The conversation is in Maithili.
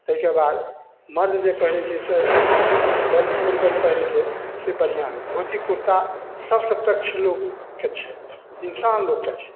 एहिके बाद मरद जे पहिरै छै से पैन्ट फुलपैन्ट पहिरै छै से बढ़िआँ अइ धोती कुरता सबसे पक्ष लोकके छै इन्सान लोकके छै